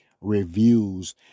reviews